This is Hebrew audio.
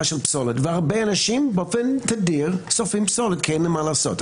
של פסולת והרבה אנשים באופן תדיר שורפים פסולת כי אין להם מה לעשות.